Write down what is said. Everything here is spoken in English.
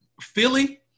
Philly